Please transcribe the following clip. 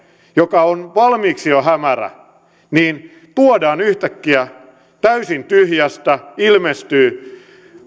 joka on valmiiksi jo hämärä tuodaan yhtäkkiä täysin tyhjästä ilmestyy